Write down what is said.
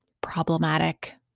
problematic